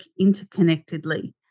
interconnectedly